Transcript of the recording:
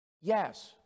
Yes